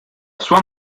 sua